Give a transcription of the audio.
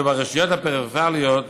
ואילו ברשויות הפריפריאליות